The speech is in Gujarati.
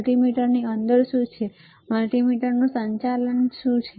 મલ્ટિમીટરની અંદર શું છે જે મલ્ટિમીટરનું સંચાલન કરે છે